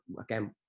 again